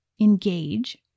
engage